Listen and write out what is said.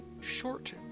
short